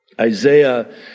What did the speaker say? Isaiah